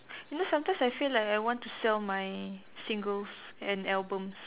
you know sometimes I feel like I want to sell my singles and albums